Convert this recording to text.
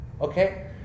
Okay